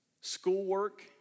schoolwork